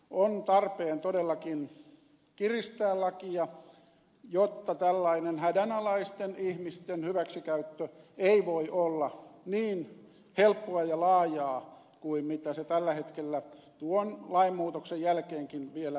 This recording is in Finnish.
on tarpeen todellakin kiristää lakia jotta tällainen hädänalaisten ihmisten hyväksikäyttö ei voi olla niin helppoa ja laajaa kuin mitä se tällä hetkellä tuon lainmuutoksen jälkeenkin vielä on